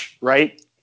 right